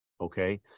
okay